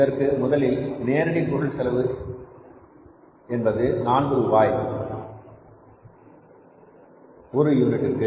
இதற்கு முதலில் நேரடி பொருள் செலவு என்பது நான்கு ரூபாய் ஒரு யூனிட்டிற்கு